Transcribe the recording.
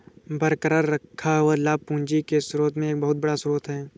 बरकरार रखा हुआ लाभ पूंजी के स्रोत में एक बहुत बड़ा स्रोत है